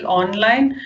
online